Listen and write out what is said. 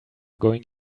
going